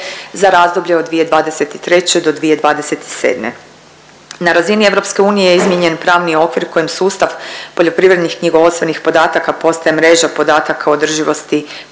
za razdoblje od 2023. do 2027. Na razini EU je izmijenjen pravni okvir u kojem sustav poljoprivrednih knjigovodstvenih podataka postaje mreža podataka održivosti